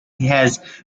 has